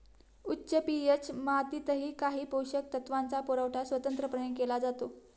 उच्च पी.एच मातीतही काही पोषक तत्वांचा पुरवठा स्वतंत्रपणे केला जातो